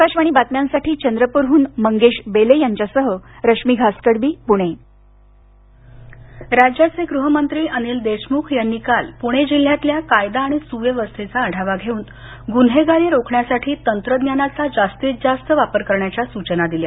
आकाशवाणी बातम्यांसाठी चंद्रपूर हून मंगेश बेले यांच्या सह रश्मी घासकडबी पूणे अनिल देशमुख राज्याचे गृहमंत्री अनिल देशमुख यांनी काल पुणे जिल्ह्यातल्या कायदा आणि सुव्यवस्थेचा आढावा घेऊन गुन्हेगारी रोखण्यासाठी तंत्रज्ञानाचा जास्तीत जास्त वापर करण्याच्या सूचना दिल्या